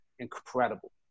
Incredible